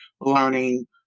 learning